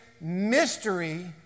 mystery